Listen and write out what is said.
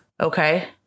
Okay